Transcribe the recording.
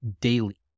daily